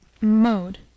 Mode